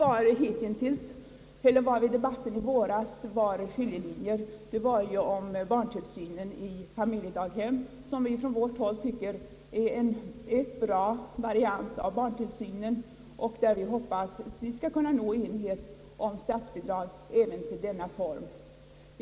Skiljelinjen vid debatten i våras gällde barntillsynen i familjedaghemmen, som vi från vårt håll tycker är en bra variant av barntillsyn, och vi hoppas att vi skall kunna nå enighet om statsbidrag även till denna verksamhet.